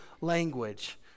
language